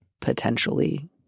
potentially